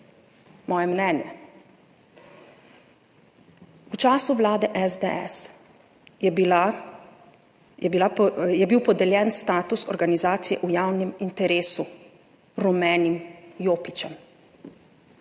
moje mnenje, v času vlade SDS je bil podeljen status organizacije v javnem interesu rumenim jopičem,